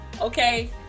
okay